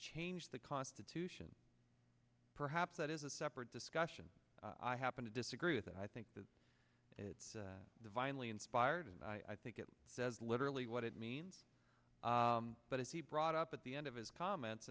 change the constitution perhaps that is a separate discussion i happen to disagree with i think that it's divinely inspired and i think it says literally what it means but as he brought up at the end of his comments